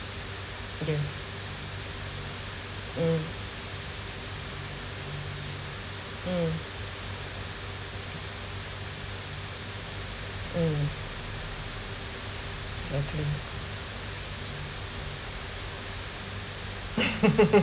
it is mm mm mm exactly